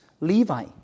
Levi